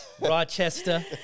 rochester